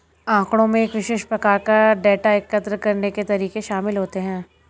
आँकड़ों में एक विशेष प्रकार का डेटा एकत्र करने के तरीके शामिल होते हैं